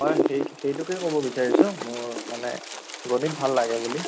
হয় সেইটো সেইটোকে ক'ব বিচাৰিছোঁ মোৰ মানে গণিত ভাল লাগে বুলি